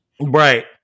Right